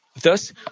Thus